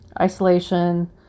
isolation